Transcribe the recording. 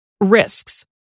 Risks